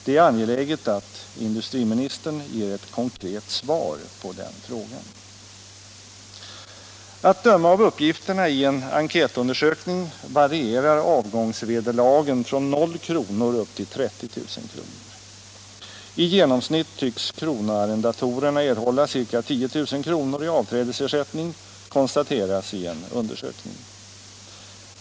Det är angeläget att industriministern ger ett konkret svar på den frågan. Att döma av uppgifterna i en enkätundersökning varierar avgångsvederlagen från 0 kr. upp till 30 000 kr. I genomsnitt tycks kronoarrendatorerna erhålla ca 10 000 kr. i avträdesersättning, konstateras i en undersökning.